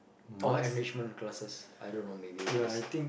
or enrichment classes I don't know maybe yes